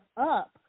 up